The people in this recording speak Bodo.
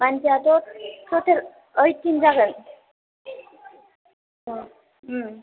मानसियाथ' टटेल एइटिन जागोन ओ ओम